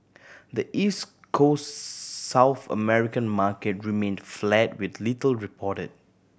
the East Coast South American market remained flat with little reported